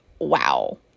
Wow